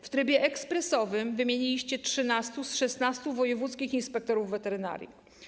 W trybie ekspresowym wymieniliście 13 z 16 wojewódzkich inspektorów weterynarii.